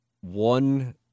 one